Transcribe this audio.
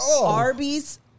Arby's